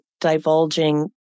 divulging